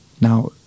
Now